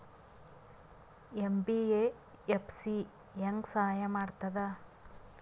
MBFC ಹೆಂಗ್ ಸಹಾಯ ಮಾಡ್ತದ?